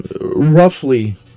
Roughly